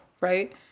right